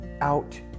out